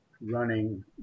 running